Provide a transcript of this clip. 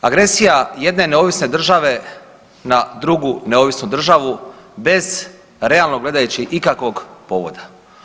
Agresija jedne neovisne države na drugu neovisnu državu bez, realno gledajući, ikakvog povoda.